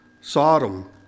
Sodom